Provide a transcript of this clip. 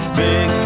big